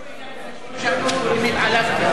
בגללו התקשרו אלי אנשים ששאלו אותי אם התעלפתי.